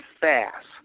fast